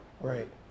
Right